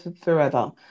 forever